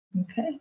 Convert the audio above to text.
okay